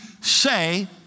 say